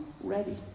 ready